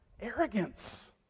Arrogance